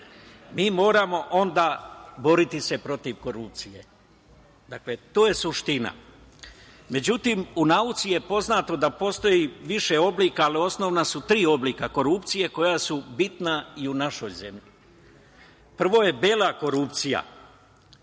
mi moramo onda boriti se protiv korupcije. Dakle, to je suština. Međutim, u nauci je poznato da postoji više oblika, ali osnovna su tri oblika korupcije koja su bitna i u našoj zemlji. Prvo je bela korupcija,